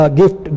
gift